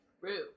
Rue